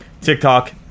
tiktok